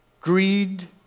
greed